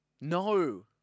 No